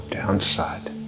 downside